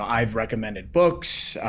um i've recommended books,